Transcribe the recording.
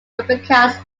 replicas